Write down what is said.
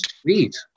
Sweet